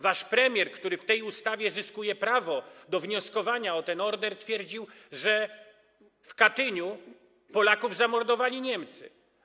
Wasz premier, który w tej ustawie zyskuje prawo do wnioskowania o ten order, twierdził, że w Katyniu Polaków zamordowali Niemcy.